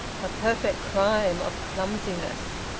a perfect crime of clumsiness.